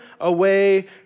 away